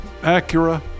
Acura